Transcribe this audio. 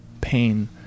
pain